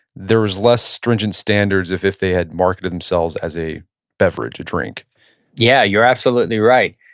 there's less stringent standards if if they had marketed themselves as a beverage drink yeah, you're absolutely right.